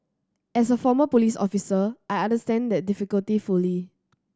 as a former police officer I understand that difficulty fully